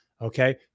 Okay